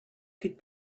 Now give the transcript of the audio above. could